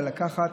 לקחת